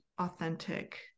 authentic